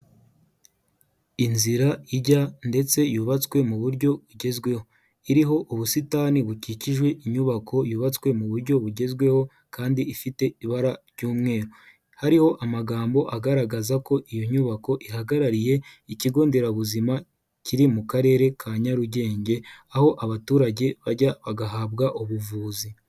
Inzira ijya ndetse yubatswe mu buryo bugezweho, iriho ubusitani bukikije inyubako yubatswe mu buryo bugezweho kandi ifite ibara ry'umweru. Hariho amagambo agaragaza ko iyo nyubako ihagarariye ikigo nderabuzima kiri mu karere ka Nyarugenge, aho abaturage bajya bagahabwa ubuvuzi.